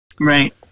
Right